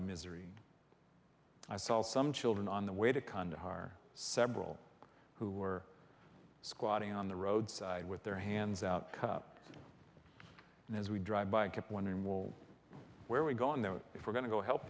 misery i felt some children on the way to conduct our several who were squatting on the roadside with their hands out cup and as we drive by i kept wondering will where we go in there if we're going to go help